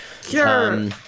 Sure